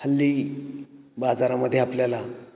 हल्ली बाजारामध्ये आपल्याला